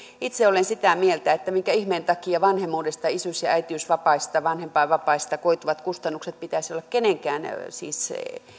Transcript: itse olen sitä mieltä että minkä ihmeen takia vanhemmuudesta ja isyys ja äitiysvapaista vanhempainvapaista koituvat kustannukset pitäisi olla kenenkään siis